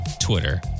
Twitter